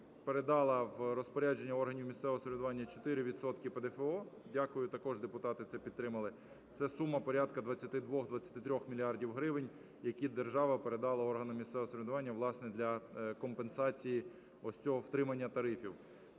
передала в розпорядження органів місцевого самоврядування 4 відсотки ПДФО. Дякую, також депутати це підтримали. Це сума порядка 22-23 мільярдів гривень, які держава передала органам місцевого самоврядування, власне, для компенсацій ось цього втримання тарифів.